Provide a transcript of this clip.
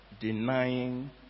denying